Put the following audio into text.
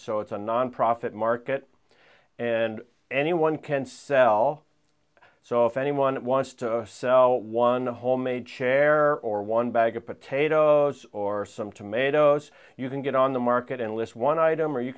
so it's a nonprofit market and anyone can sell so if anyone wants to sell one homemade chair or one bag of potatoes or some tomatoes you can get on the market and list one item or you